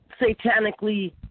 satanically